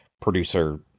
producer